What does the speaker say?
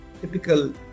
typical